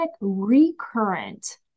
recurrent